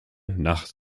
nach